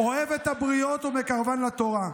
אוהב את הבריות ומקרבן לתורה.